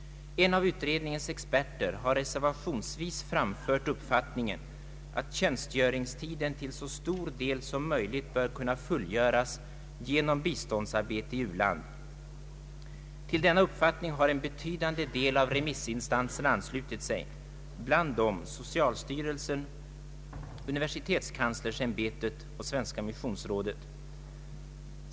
En av utredningens experter har reservationsvis framfört uppfattningen att tjänstgöringstiden till så stor del som möjligt bör kunna fullgöras genom biståndsarbete i u-land. Till denna uppfattning har en betydande del av remissinstanserna anslutit sig, bland dem Socialstyrelsen, Universitetskanslersämbetet och Svenska Missionsrådet.